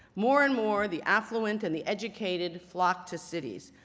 more and more, the affluent and the educated flocked to cities,